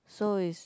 so it's